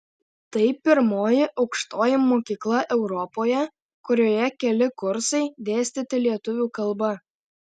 tai pirmoji aukštoji mokykla europoje kurioje keli kursai dėstyti lietuvių kalba